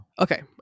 Okay